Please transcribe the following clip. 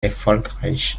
erfolgreich